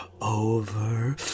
over